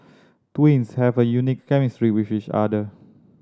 twins have a unique chemistry with each other